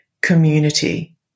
Community